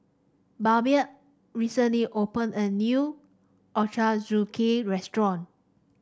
Babette recently opened a new Ochazuke restaurant